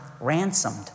ransomed